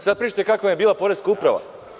Sada pričate kakva vam je bila poreska uprava.